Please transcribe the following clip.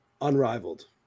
unrivaled